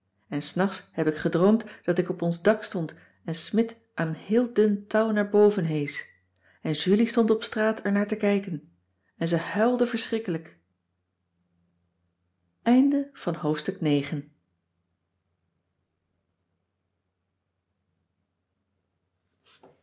en s nachts heb ik gedroomd dat ik op ons dak stond en smidt aan een heel dun touw naar boven heesch en julie stond op straat er naar te kijken en ze huilde verschrikkelijk